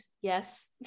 Yes